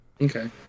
Okay